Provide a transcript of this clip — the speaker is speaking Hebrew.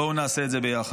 בואו נעשה את זה ביחד.